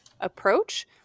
approach